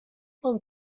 pan